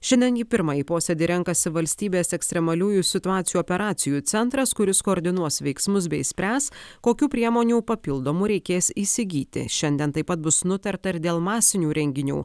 šiandien į pirmąjį posėdį renkasi valstybės ekstremaliųjų situacijų operacijų centras kuris koordinuos veiksmus bei spręs kokių priemonių papildomų reikės įsigyti šiandien taip pat bus nutarta ir dėl masinių renginių